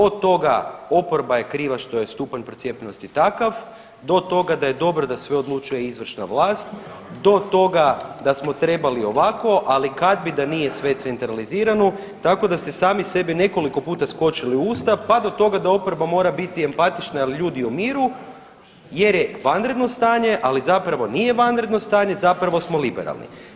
Od toga, oporba je kriva što je stupanj procijepljenosti takav, do toga da je dobro da sve odlučuje izvršna vlast, do toga da smo trebali ovako, ali kad bi da nije sve centralizirano, tako da ste sami sebi nekoliko puta skočili u usta pa da toga da oporba mora biti empatična jer ljudi umiru jer je vanredno stanje, ali zapravo nije vanredno stanje, zapravo smo liberalni.